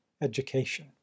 education